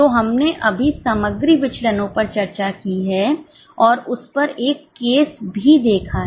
तो हमने अभी सामग्री विचलनो पर चर्चा की है और उस पर एक केस भी देखा है